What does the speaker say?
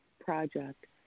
Project